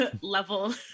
level